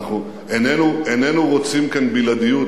איננו רוצים כאן בלעדיות.